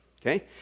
okay